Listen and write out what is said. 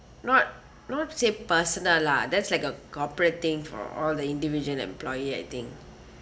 not not say personal lah that's like a corporate thing for all the individual employee I think